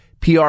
PR